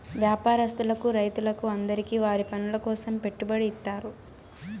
వ్యాపారస్తులకు రైతులకు అందరికీ వారి పనుల కోసం పెట్టుబడి ఇత్తారు